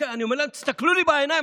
אני אומר להם: תסתכלו לי בעיניים,